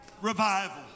revival